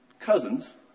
cousins